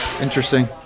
Interesting